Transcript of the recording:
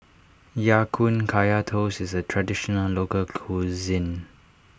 Ya Kun Kaya Toast is a Traditional Local Cuisine